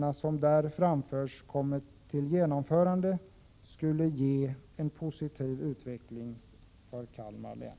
Om de här framförda förslagen till åtgärder genomförs, skulle det innebära en positiv utveckling för Kalmar län.